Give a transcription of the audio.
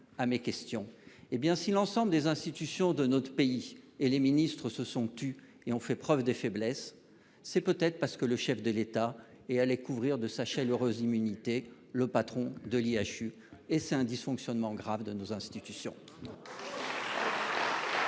à mes questions. Hé bien si l'ensemble des institutions de notre pays et les ministres se sont tus et ont fait preuve de faiblesse. C'est peut-être parce que le chef de l'État et à couvrir de sachets l'heureux immunité le patron de l'IHU et c'est un dysfonctionnement grave de nos institutions. Merci cher